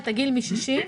את הגיל מגיל 60,